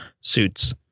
suits